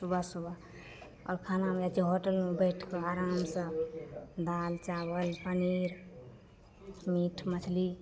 सुबह सुबह आओर खानामे जाइ छिए होटलमे बैठिके आरामसे दालि चावल पनीर मीट मछली